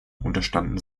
unterstanden